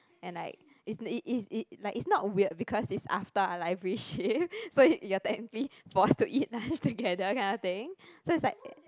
and like it's it it's not weird because it's after our library shift so you're technically forced to eat lunch together kind of thing so it's like